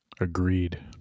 agreed